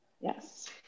Yes